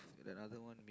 another one